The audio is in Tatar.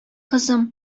кызым